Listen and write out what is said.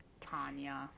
Tanya